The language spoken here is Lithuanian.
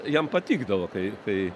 jam patikdavo kai kai